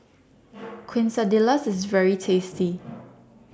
Quesadillas IS very tasty